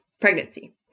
pregnancy